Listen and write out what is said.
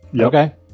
Okay